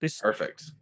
Perfect